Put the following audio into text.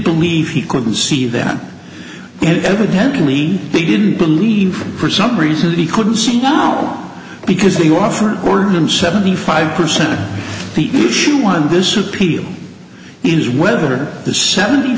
believe he couldn't see them and evidently they didn't believe for some reason he couldn't see now because the offer born in seventy five percent of the one this appeal is whether the seventy